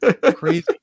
crazy